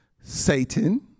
Satan